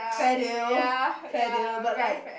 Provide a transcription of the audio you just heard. fair deal fair deal but like